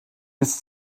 bis